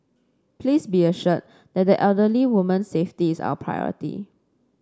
please be assured that the elderly woman's safety is our priority